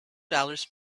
dollars